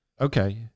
Okay